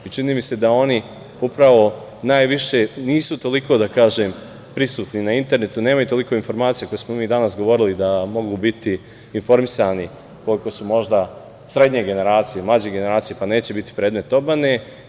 I čini mi se da oni upravo najviše nisu toliko, da kažem, prisutni na internetu, nemaju toliko informacija koje smo mi danas govorili da mogu biti informisani, koliko su možda srednje generacije, mlađe generacije, pa neće biti predmet obmane.